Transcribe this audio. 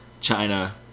China